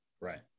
Right